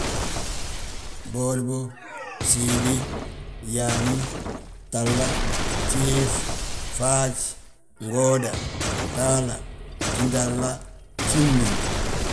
bwoodibo, gsiibi, yaabi gtahla, gjiif, faaj, ngooda, gtahla, gjintahla, gjimin.